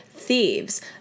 thieves